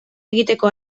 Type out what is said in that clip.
egiteko